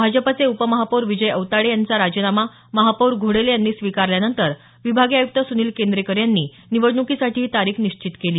भाजपचे उपमहापौर विजय औताडे यांचा राजीनामा महापौर घोडेले यांनी स्वीकारल्यानंतर विभागीय आयुक्त सुनिल केंद्रेकर यांनी निवडणुकीसाठी ही तारीख निश्चित केली